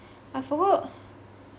I forgot